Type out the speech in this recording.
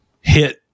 hit